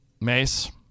Mace